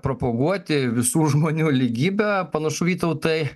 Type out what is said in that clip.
propaguoti visų žmonių lygybę panašu vytautai